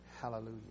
Hallelujah